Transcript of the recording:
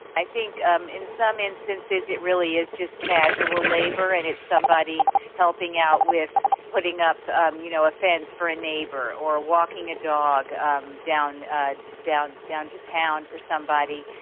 i think um in some instances it really is just casual labour and it's somebody helping out with putting up um you know a fence for a neighbour or walking a dog um down and down to town for somebody.